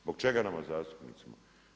Zbog čega nama zastupnicima?